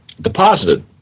deposited